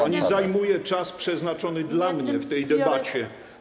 pani zajmuje czas przeznaczony dla mnie w tej debacie.